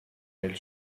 nel